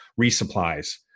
resupplies